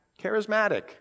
Charismatic